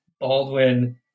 Baldwin